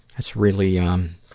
that's really, um,